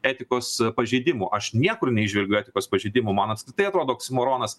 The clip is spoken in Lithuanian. etikos pažeidimų aš niekur neįžvelgiu etikos pažeidimų man apskritai atrodo oksimoronas